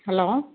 hello